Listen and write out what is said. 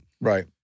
Right